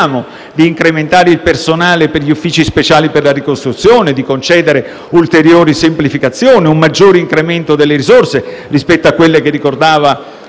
di incrementare il personale per gli uffici speciali per la ricostruzione; di concedere ulteriori semplificazioni; un maggiore incremento delle risorse rispetto a quelle ricordate